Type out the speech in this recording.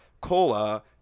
cola